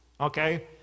okay